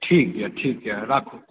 ठीक छै ठीक छै राखु